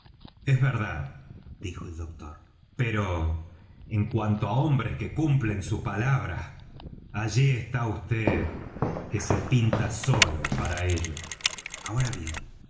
es verdad dijo el doctor pero en cuanto á hombres que cumplen su palabra allí está vd que se pinta solo para ello ahora bien